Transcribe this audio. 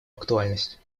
актуальность